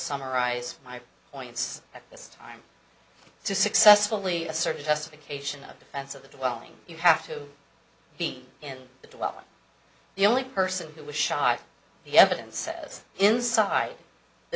summarize my points this time to successfully assert justification of defense of the well you have to be in the uk the only person who was shot the evidence was inside the